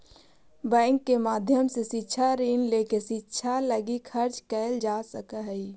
bank के माध्यम से शिक्षा ऋण लेके शिक्षा लगी खर्च कैल जा सकऽ हई